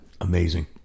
Amazing